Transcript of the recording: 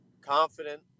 Confident